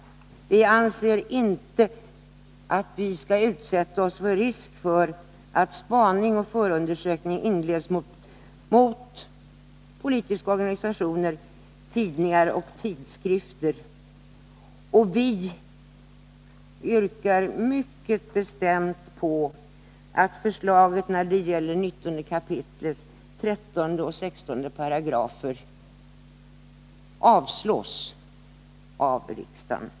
Vi 25 november 1981 anser inte att vi skall utsätta oss för risk för att spaning och förundersökning inleds mot politiska organisationer, tidningar och tidskrifter. Vi yrkar mycket bestämt på att förslaget när det gäller 19 kap. 13 och 16 §§ avslås av riksdagen.